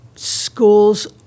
schools